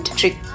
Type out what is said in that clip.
trick